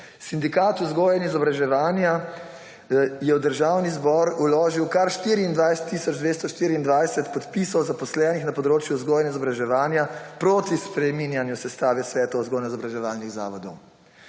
Sindikat vzgoje in izobraževanja je v Državni zbor vložil kar 24 tisoč 224 podpisov zaposlenih na področju vzgoje in izobraževanja proti spreminjanju sestave svetov vzgojno-izobraževalnih zavodov.